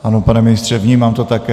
Ano, pane ministře, vnímám to také.